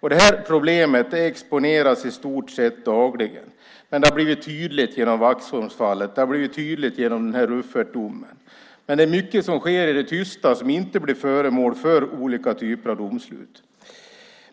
Det här problemet exponeras i stort sett dagligen, men det har blivit tydligt genom Vaxholmsfallet och Rüffertdomen. Men det är mycket som sker i det tysta som inte blir föremål för olika typer av domslut.